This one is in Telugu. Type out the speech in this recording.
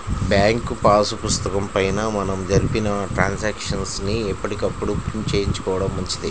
బ్యాంకు పాసు పుస్తకం పైన మనం జరిపిన ట్రాన్సాక్షన్స్ ని ఎప్పటికప్పుడు ప్రింట్ చేయించుకోడం మంచిది